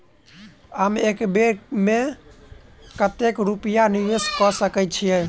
हम एक बेर मे कतेक रूपया निवेश कऽ सकैत छीयै?